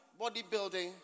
bodybuilding